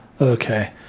Okay